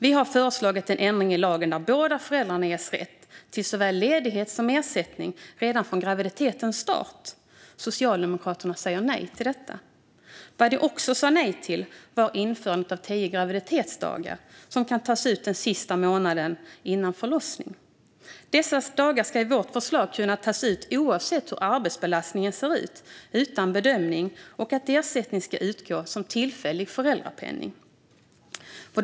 Vi har föreslagit en ändring i lagen där båda föräldrarna ges rätt till såväl ledighet som ersättning redan från graviditetens start. Socialdemokraterna säger nej till detta. Vad de också sa nej till var införandet av tio graviditetsdagar som kan tas ut den sista månaden före förlossningen. Dessa dagar ska i vårt förslag kunna tas ut oavsett hur arbetsbelastningen ser ut, utan bedömning, och ersättningen ska utgå som tillfällig föräldrapenning.